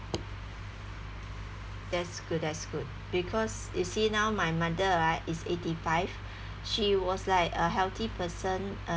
that's good that's good because you see now my mother right is eighty five she was like a healthy person